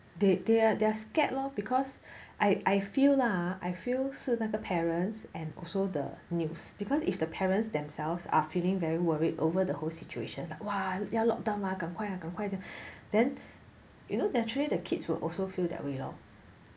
they they they're scared lor because I I feel lah I feel 是那个 parents and also the news because if the parents themselves are feeling very worried over the whole situation while !wah! 要 lock down ah 赶快赶快的 then you know naturally the kids will also feel that way lor